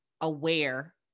aware